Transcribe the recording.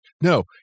No